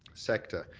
sector,